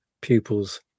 pupils